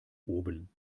oben